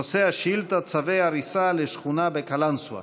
נושא השאילתה: צווי הריסה לשכונה בקלנסווה.